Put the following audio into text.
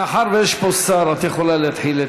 מאחר שיש פה שר, את יכולה להתחיל.